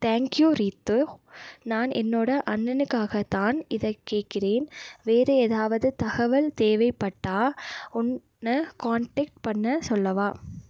thank you Reethu நான் என்னோடய அண்ணனுக்காகத்தான் இதை கேட்குறேன் வேற ஏதாவது தகவல் தேவைப்பட்டால் உன்னை காண்டக்ட் பண்ண சொல்லவா